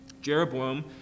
Jeroboam